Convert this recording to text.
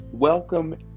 Welcome